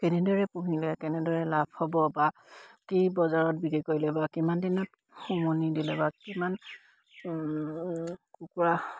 কেনেদৰে পুহিলে কেনেদৰে লাভ হ'ব বা কি বজাৰত বিক্ৰী কৰিলে বা কিমান দিনত উমনি দিলে বা কিমান কুকুৰা